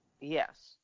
Yes